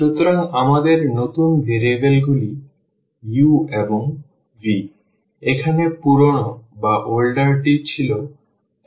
সুতরাং আমাদের নতুন ভেরিয়েবলগুলি u এবং v এখানে পুরানোটি ছিল x এবং y